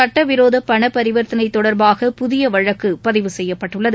சட்டவிரோத பண பரிவர்த்தனை தொடர்பான வழக்கு பதிவு செய்யப்பட்டுள்ளது